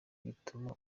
gituma